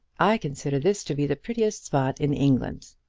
i consider this to be the prettiest spot in england.